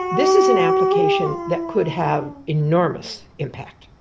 this is an application that could have enormous impact.